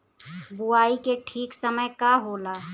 बुआई के ठीक समय का होला?